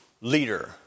leader